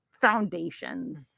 foundations